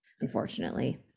unfortunately